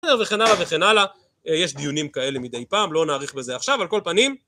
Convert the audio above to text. וכן הלאה וכן הלאה יש דיונים כאלה מדי פעם לא נאריך בזה עכשיו על כל פנים